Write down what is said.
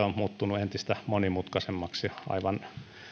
on muuttunut entistä monimutkaisemmaksi aivan